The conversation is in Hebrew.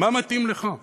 מה מתאים לך.